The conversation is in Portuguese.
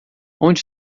onde